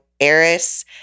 Eris